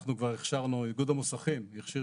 אנחנו כבר הכשרנו, איגוד המוסכים הכשיר